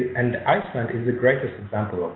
and iceland is the greatest example.